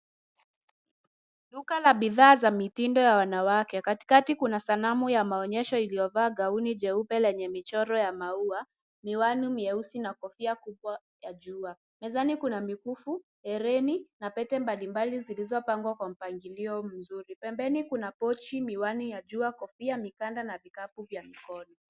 Duka la bidhaa za mitindo ya wanawake. Katikati kuna sanamu ya maonyesho iliyovaa gauni jeupe lenye michoro ya maua, miwani myeusi na kofia kubwa ya jua. Mezani kuna mikufu, herini na pete mbalimbali zilizopangwa kwa mpangilio mzuri. Pembeni kuna pochi, miwani ya jua, kofia, mikanda na vikapu vya mikono.